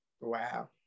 Wow